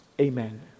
Amen